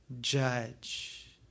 judge